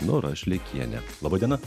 nora šleikiene laba diena